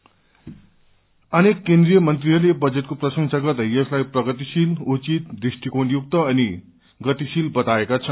budget reaction अनेक केन्द्रीय मन्त्रीहरूले बजेठको प्रशंसा गर्दै यसलाई प्रगतिशील उचित दृष्टिकोणयुक्त अनि गतिशील बताएका छन्